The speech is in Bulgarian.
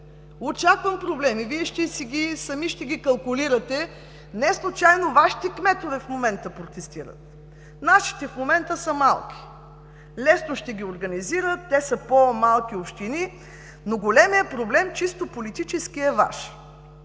Очаквам проблеми – Вие сами ще ги калкулирате. Неслучайно Вашите кметове в момента протестират – нашите в момента са малки, лесно ще ги организират, те са по-малки общини. Но големият проблем, чисто политически, е Ваш.